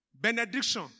Benediction